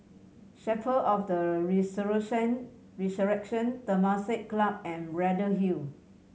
Chapel of the Resurrection Resurrection Temasek Club and Braddell Hill